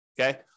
okay